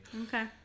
Okay